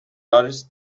artist